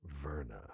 Verna